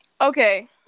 Okay